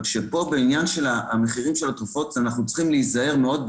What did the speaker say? רק שבעניין של המחירים של התרופות אנחנו צריכים להיזהר מאוד,